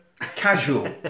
casual